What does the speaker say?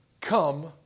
come